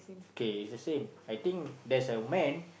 okay it's the same I think there's a man